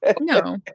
no